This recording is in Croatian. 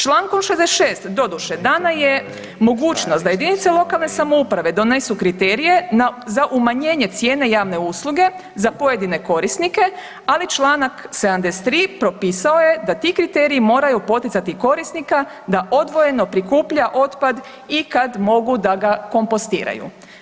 Čl. 66, doduše, dana je mogućnost da jedinice lokalne samouprave donesu kriterije za umanjenje cijene javne usluge za pojedine korisnike, ali čl. 73 propisao je da ti kriteriji moraju poticati korisnika da odvojeno prikuplja otpad i kad mogu, da ga kompostiraju.